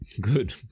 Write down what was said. Good